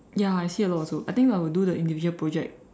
ya I see a lot also I think I'll do the individual project